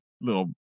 Little